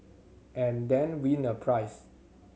and then win a prize